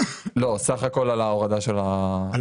לא, סך הכל על ההורדה של ה-50.